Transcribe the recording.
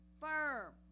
firm